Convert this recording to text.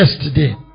yesterday